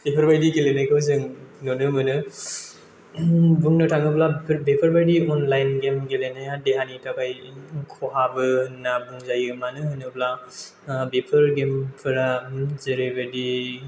बेफोरबायदि गेलेनायखौ जों नुनो मोनो बुंनो थाङोब्ला बेफोरबायदि अनलाइन गेम गेलेनाया देहानि थाखाय खहाबो होनना बुंजायो मानो होनोब्ला बेफोर गेमफोरा जेरैबायदि